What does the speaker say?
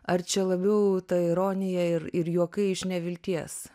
ar čia labiau ta ironija ir ir juokai iš nevilties